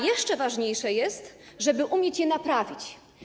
Jeszcze ważniejsze jest, żeby umieć je naprawić.